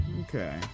okay